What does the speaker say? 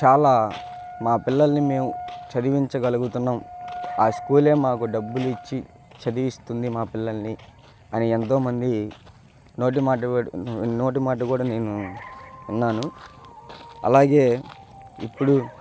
చాలా మా పిల్లల్ని మేం చదివించగలుగుతున్నాం ఆ స్కూలే మాకు డబ్బులు ఇచ్చి చదివిస్తుంది మా పిల్లలని అని ఎంతో మంది నోటిమాట నోటిమాట కూడా నేను విన్నాను అలాగే ఇప్పుడు